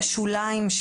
השוליים,